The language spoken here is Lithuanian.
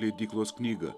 leidyklos knygą